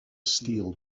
steel